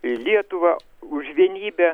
lietuvą už vienybę